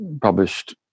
published